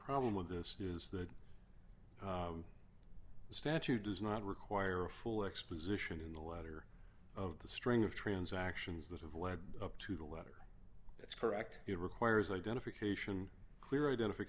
problem with this is the statute does not require a full exposition in the letter of the string of transactions that have led up to the letter that's correct it requires identification clear identif